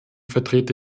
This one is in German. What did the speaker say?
vertrete